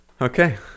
Okay